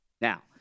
Now